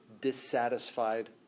dissatisfied